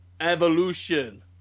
evolution